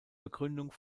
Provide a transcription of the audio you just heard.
begründung